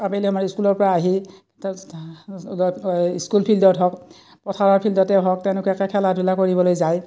আবেলি আমাৰ স্কুলৰ পৰা আহি স্কুল ফিল্ডত হওক পথাৰৰ ফিল্ডতে হওক তেনেকুৱাকৈ খেলা ধূলা কৰিবলৈ যায়